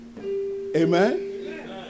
Amen